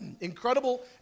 incredible